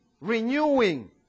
renewing